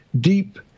deep